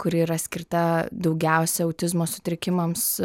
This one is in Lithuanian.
kuri yra skirta daugiausia autizmo sutrikimams